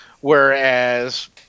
whereas